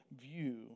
view